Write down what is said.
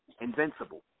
invincible